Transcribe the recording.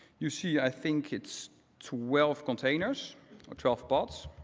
you see i think it's twelve containers or twelve bots.